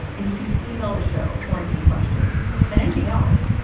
and you can email the show. quarantine questions and anything else.